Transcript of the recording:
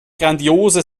grandiose